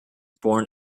born